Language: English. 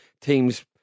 teams